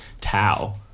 Tau